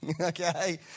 okay